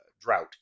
drought